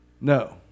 No